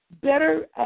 better